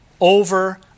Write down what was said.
over